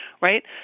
right